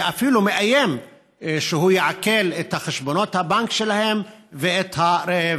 ואפילו מאיים שהוא יעקל את חשבונות הבנק שלהם וישתלט